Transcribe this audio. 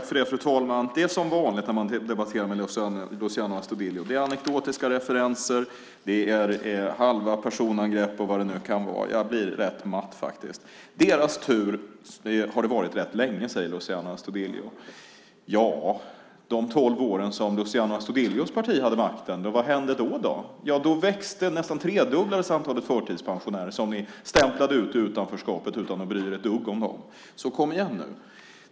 Fru talman! Det är som vanligt när man debatterar med Luciano Astudillo. Det är anekdotiska referenser, halva personangrepp och vad det nu kan vara. Jag blir rätt matt. Deras tur har det varit rätt länge, säger Luciano Astudillo. Man vad hände under de tolv år då Luciano Astudillos parti hade makten? Då växte, nästan tredubblades, antalet förtidspensionärer, som ni stämplade ut i utanförskapet utan att bry er ett dugg om dem. Så kom igen nu!